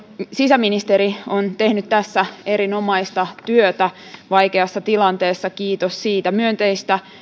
sisäministeri on tehnyt tässä erinomaista työtä vaikeassa tilanteessa kiitos siitä myönteistä